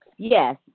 Yes